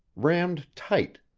rammed tight,